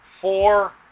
four